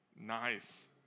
Nice